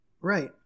Right